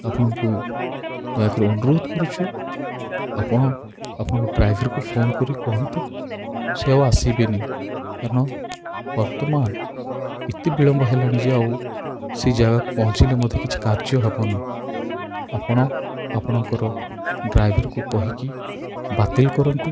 ଆପଣଙ୍କୁ ଦୟାକରି ଅନୁରୋଧ କରୁଛୁ ଆପଣ ଆପଣଙ୍କ ଡ୍ରାଇଭର୍କୁ ଫୋନ୍ କରିକି କୁହନ୍ତୁ ସେ ଆଉ ଆସିବେନି କାରଣ ବର୍ତ୍ତମାନ ଏତେ ବିଳମ୍ବ ହେଲାଣି ଯେ ଆଉ ସେ ଜାଗାକୁ ପହଞ୍ଚିଲେ ମୋତେ କିଛି କାର୍ଯ୍ୟ ହେବନି ଆପଣ ଆପଣଙ୍କର ଡ୍ରାଇଭର୍କୁ କହିକି ବାତିଲ୍ କରନ୍ତୁ